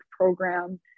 program